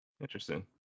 interesting